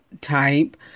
type